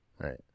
right